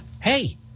hey